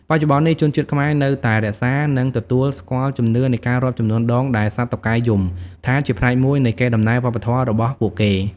បច្ចុប្បន្ននេះ ជនជាតិខ្មែរនៅតែរក្សា និងទទួលស្គាល់ជំនឿនៃការរាប់ចំនួនដងដែលសត្វតុកែយំថាជាផ្នែកមួយនៃកេរដំណែលវប្បធម៌របស់ពួកគេ។